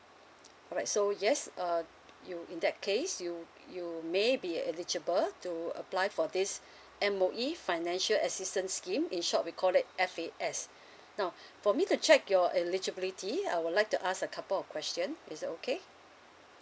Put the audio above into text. alright so yes uh you in that case you you may be eligible to apply for this M_O_E financial assistance scheme in short we call it F_A_S now for me to check your eligibility I would like to ask a couple of question is that okay